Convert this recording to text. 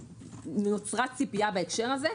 נוצרה ציפייה בהקשר הזה,